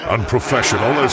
Unprofessional